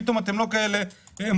פתאום אתם לא כאלה מוכשרים.